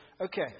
Okay